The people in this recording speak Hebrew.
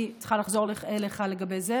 אני צריכה לחזור אליך לגבי זה.